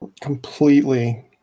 completely